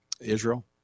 Israel